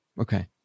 okay